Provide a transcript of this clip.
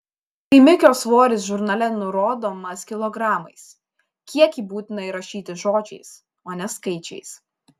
laimikio svoris žurnale nurodomas kilogramais kiekį būtina įrašyti žodžiais o ne skaičiais